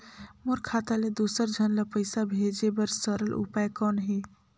मोर खाता ले दुसर झन ल पईसा भेजे बर सरल उपाय कौन हे?